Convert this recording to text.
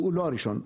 שהוא לא הראשון.